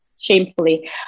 shamefully